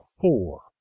four